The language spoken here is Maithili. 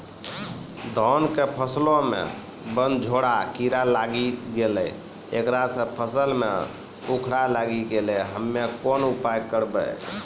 धान के फसलो मे बनझोरा कीड़ा लागी गैलै ऐकरा से फसल मे उखरा लागी गैलै हम्मे कोन उपाय करबै?